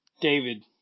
David